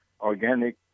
Organic